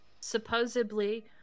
supposedly